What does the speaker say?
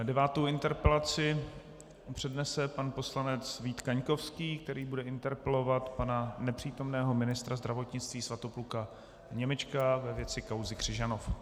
Devátou interpelaci přednese pan poslanec Vít Kaňkovský, který bude interpelovat nepřítomného ministra zdravotnictví Svatopluka Němečka ve věci kauzy Křižanov.